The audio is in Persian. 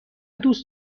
دوست